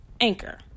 Anchor